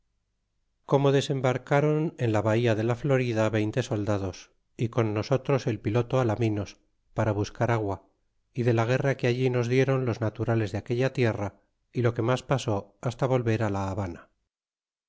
como desembarcron en la bahía de la florida veinte soldados y con nosotros el piloto alaminos para buscar agua y de la guerra que allí nos dieron los naturales de aquella tierra y lo que mas pasó hasta volver la habana